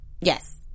Yes